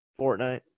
Fortnite